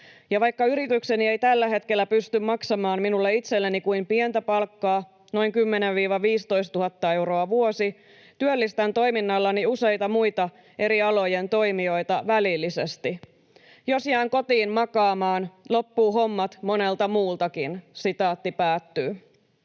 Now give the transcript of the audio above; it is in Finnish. Ja vaikka yritykseni ei tällä hetkellä pysty maksamaan minulle itselleni kuin pientä palkkaa, noin 10 000—15 000 euroa vuosi, työllistän toiminnallani useita muita eri alojen toimijoita välillisesti. Jos jään kotiin makaamaan, loppuu hommat monelta muultakin.” ”Olen tällä